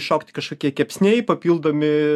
šokti kažkokie kepsniai papildomi